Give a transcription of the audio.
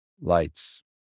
lights